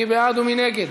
מי בעד ומי נגד?